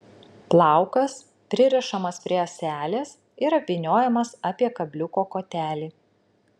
plaukas pririšamas prie ąselės ir apvyniojamas apie kabliuko kotelį